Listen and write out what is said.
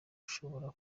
ushobora